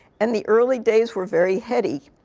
and the early days were very heady.